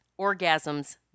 orgasms